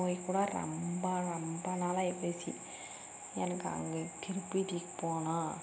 போய்கூட ரொம்ப ரொம்ப நாளாக ஆகி போச்சு எனக்கு அங்கே திருப்பதி போனால்